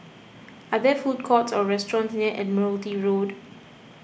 are there food courts or restaurants near Admiralty Road